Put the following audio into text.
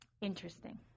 Interesting